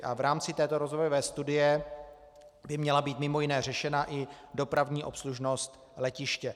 V rámci této rozvojové studie by měla být mimo jiné řešena i dopravní obslužnost letiště.